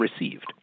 received